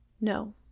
No